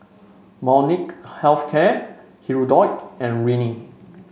Molnylcke Health Care Hirudoid and Rene